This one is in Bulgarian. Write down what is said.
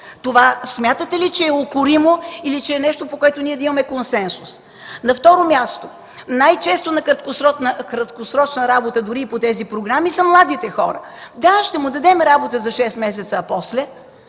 Това смятате ли, че е укоримо или е нещо, по което ние да имаме консенсус? На второ място, най-често на краткосрочна работа дори и по тези програми са младите хора. Да, ще му дадем работа за шест месеца, а после?!